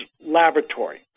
laboratory